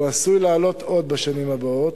והוא עשוי לעלות עוד בשנים הבאות.